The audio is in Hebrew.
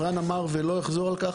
רן אמר ולא אחזור על כך,